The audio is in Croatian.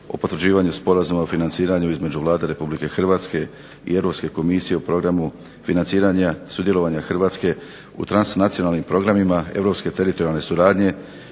o potvrđivanju sporazuma o financiranju između Vlade Republike Hrvatske i Europske komisije o programu financiranja sudjelovanja Hrvatske u transnacionalnim programima europske teritorijalne suradnje,